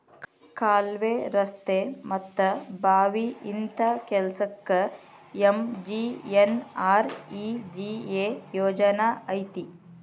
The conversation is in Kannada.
ಕಾಲ್ವೆ, ರಸ್ತೆ ಮತ್ತ ಬಾವಿ ಇಂತ ಕೆಲ್ಸಕ್ಕ ಎಂ.ಜಿ.ಎನ್.ಆರ್.ಇ.ಜಿ.ಎ ಯೋಜನಾ ಐತಿ